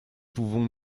pouvons